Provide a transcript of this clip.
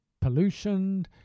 pollution